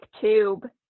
tube